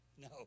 No